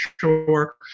sure